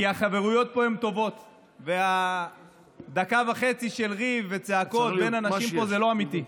כי החברויות פה הן טובות והדקה וחצי של ריב וצעקות זה לא אמיתי.